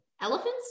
Elephants